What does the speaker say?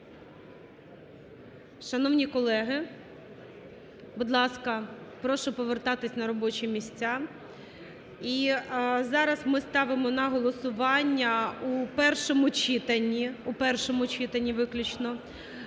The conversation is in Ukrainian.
Шановні колеги, Будь ласка, прошу повертатися на робочі місця. І зараз ми ставимо на голосування у першому читанні,